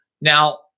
now